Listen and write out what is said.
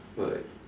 but like